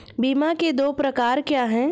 बीमा के दो प्रकार क्या हैं?